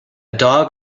dog